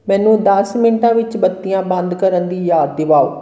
ਮੈਨੂੰ ਦਸ ਮਿੰਟਾਂ ਵਿੱਚ ਬੱਤੀਆਂ ਬੰਦ ਕਰਨ ਦੀ ਯਾਦ ਦਿਵਾਓ